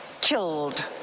killed